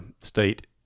State